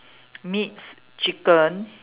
meats chicken